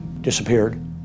disappeared